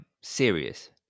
serious